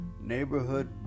neighborhood